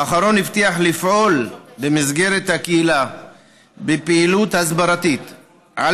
האחרון הבטיח לפעול במסגרת הקהילה בפעילות הסברתית על